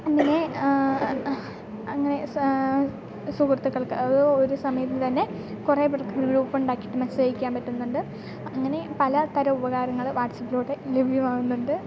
അങ്ങനെ അങ്ങനെ സുഹൃത്തുക്കൾക്ക് അത് ഒരു സമയത്ത് തന്നെ കുറേ പേർക്ക് ഗ്രൂപ്പ് ഉണ്ടാക്കിയിട്ട് മെസ്സേജ് അയക്കാൻ പറ്റുന്നുണ്ട് അങ്ങനെ പലതരം ഉപകാരങ്ങൾ വാട്സാപ്പിലോട്ട് ലഭ്യമാകുന്നുണ്ട്